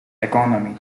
economy